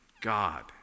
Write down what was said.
God